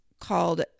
called